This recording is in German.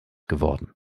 geworden